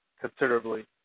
considerably